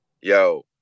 Yo